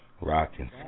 rocking